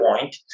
point